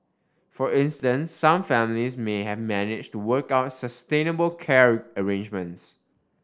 for instance some families may have managed to work out sustainable care arrangements